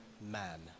man